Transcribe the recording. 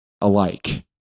Alike